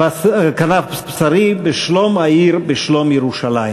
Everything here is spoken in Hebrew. כנף,/ בשרי בשלום העיר/ בשלום ירושלים".